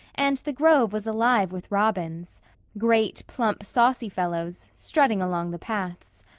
and the grove was alive with robins great, plump, saucy fellows, strutting along the paths.